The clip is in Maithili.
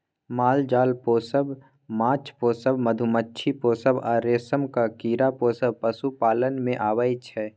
माल जाल पोसब, माछ पोसब, मधुमाछी पोसब आ रेशमक कीरा पोसब पशुपालन मे अबै छै